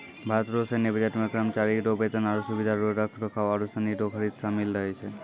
भारत रो सैन्य बजट मे करमचारी रो बेतन, आरो सुबिधा रो रख रखाव आरू सनी रो खरीद सामिल रहै छै